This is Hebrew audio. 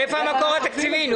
מאיפה המקור התקציבי?